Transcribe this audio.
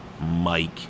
Mike